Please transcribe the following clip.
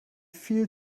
viel